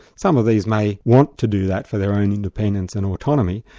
some of these may want to do that for their own independence and autonomy,